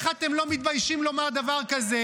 איך אתם לא מתביישים לומר דבר כזה